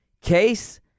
case